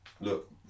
Look